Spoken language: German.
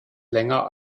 länger